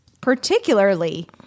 particularly